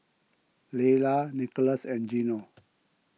Laylah Nicklaus and Geno